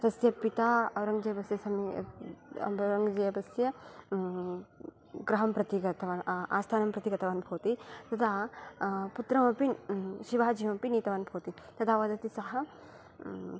तस्य पिता अवरङ्गजेबस्य समये अवरङ्गजेबस्य गृहं प्रति आस्थानं प्रति गतवान् भवति तदा पुत्रमपि शिवाजिमपि नीतवान् भवति तदा वदति स